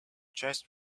chase